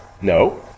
No